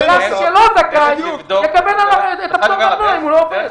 אבל גם מי שלא זכאי יקבל את הפטור מארנונה אם הוא לא עובד.